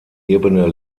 ebene